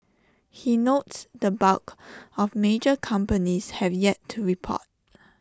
he notes the bulk of major companies have yet to report